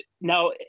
now